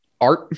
art